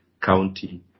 county